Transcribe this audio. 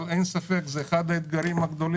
אבל אין ספק, זה אחד האתגרים הגדולים.